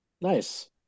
nice